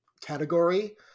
category